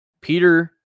Peter